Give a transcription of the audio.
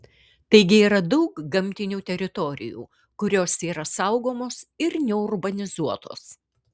taigi yra daug gamtinių teritorijų kurios yra saugomos ir neurbanizuotos